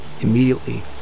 Immediately